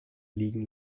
liegen